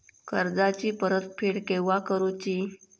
कर्जाची परत फेड केव्हा करुची?